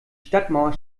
stadtmauer